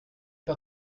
pas